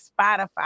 Spotify